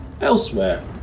Elsewhere